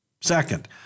Second